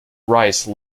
rice